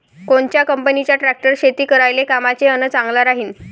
कोनच्या कंपनीचा ट्रॅक्टर शेती करायले कामाचे अन चांगला राहीनं?